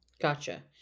Gotcha